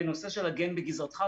בנושא של הגן בגזרתך.